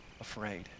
afraid